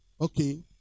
Okay